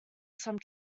some